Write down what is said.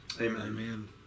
Amen